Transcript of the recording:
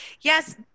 Yes